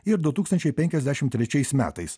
ir du tūkstančiai penkiasdešim trečiais metais